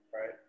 right